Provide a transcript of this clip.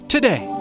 Today